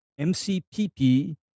MCPP